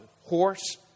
horse